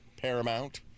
Paramount